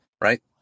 right